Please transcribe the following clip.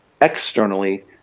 externally